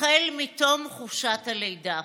החל מתום חופשת הלידה.